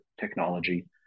technology